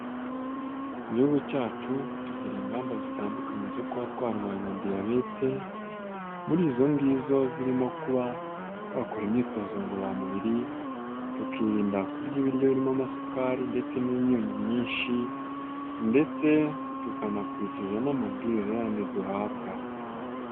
Igihugu cyacu tugira ingamba zitandukanye zo kuba twarwanya diyabete, muri izo ngizo zirimo kuba twakora imyitozo ngoraramubiri, tukirinda kurya ibiryo birimo amasukari ndetse n'imyunyu myinshi ndetse tukanakurikiza n'amabwiriza yandi duhabwa.